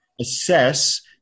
assess